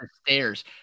stairs